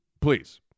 Please